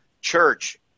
church